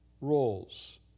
roles